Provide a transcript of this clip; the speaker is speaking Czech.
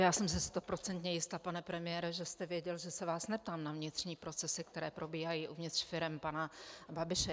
Já jsem si stoprocentně jista, pane premiére, že jste věděl, že se vás neptám na vnitřní procesy, které probíhají uvnitř firem pana Babiše.